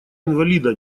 инвалида